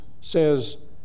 says